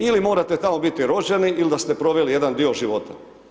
Ili morate tamo biti rođeni ili da ste proveli jedan dio života.